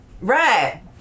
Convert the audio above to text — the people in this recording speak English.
Right